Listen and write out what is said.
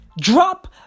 Drop